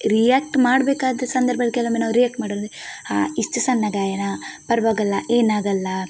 react ಮಾಡಬೇಕಾದ ಸಂದರ್ಭದಲ್ಲಿ ಕೆಲವೊಮ್ಮೆ ನಾವು ರಿಯಾಕ್ಟ್ ಮಾಡೋಲ್ವೇ ಹಾ ಇಷ್ಟು ಸಣ್ಣ ಗಾಯನ ಪರ್ವಾಗಲ್ಲ ಏನಾಗಲ್ಲ